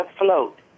afloat